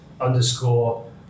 underscore